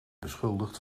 beschuldigd